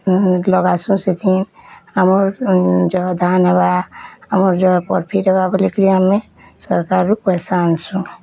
ଲଗାସୁଁ ସେଥିର୍ ଆମର୍ ଯହ ଧାନ ହେବା ଆମର୍ ଯହ ପ୍ରଫିଟ୍ ହବା ବୋଲିକିରି ଆମେ ସରକାର୍ ରୁ ପଇସା ଆଣସୁଁ